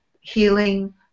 healing